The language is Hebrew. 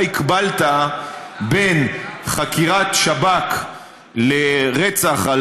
אתה הקבלת בין חקירת שב"כ של רצח על